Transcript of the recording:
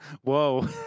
Whoa